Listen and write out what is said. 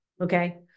Okay